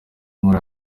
muri